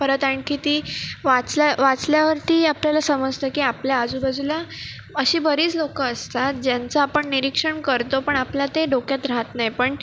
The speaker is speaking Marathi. परत आणखी ती वाचल्या वाचल्यावरती आपल्याला समजतं की आपल्या आजूबाजूला अशी बरीच लोकं असतात ज्यांचं आपण निरीक्षण करतो पण आपल्या ते डोक्यात राहात नाही पण